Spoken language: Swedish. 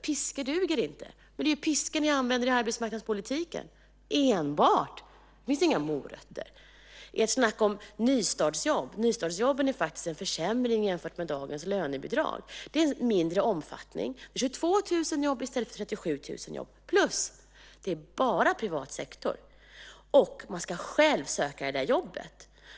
Piska duger inte. Men det är ju piska ni använder i arbetsmarknadspolitiken - enbart. Där finns inga morötter. Ni talar om nystartsjobb. Nystartsjobben innebär en försämring jämfört med dagens lönebidrag. Omfattningen av dem är mindre. Det handlar om 22 000 jobb i stället för 37 000. Dessutom gäller de endast inom privat sektor, och man ska själv söka jobbet.